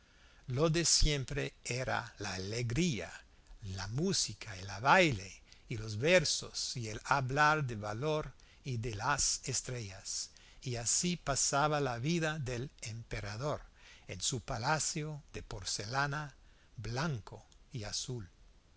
lo de siempre era la alegría y la música y el baile y los versos y el hablar de valor y de las estrellas y así pasaba la vida del emperador en su palacio de porcelana blanco y azul